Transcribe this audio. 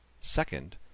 Second